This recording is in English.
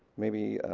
maybe